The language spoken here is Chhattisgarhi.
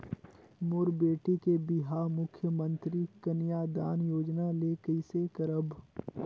मोर बेटी के बिहाव मुख्यमंतरी कन्यादान योजना ले कइसे करव?